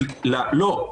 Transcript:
לא.